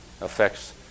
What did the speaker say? affects